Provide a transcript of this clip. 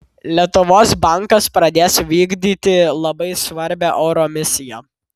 lietuvos bankas pradės vykdyti labai svarbią euro misiją